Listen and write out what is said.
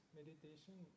meditation